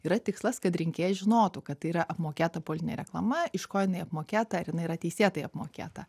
yra tikslas kad rinkėjai žinotų kad yra tai apmokėta politinė reklama iš ko jinai apmokėta ar jinai yra teisėtai apmokėta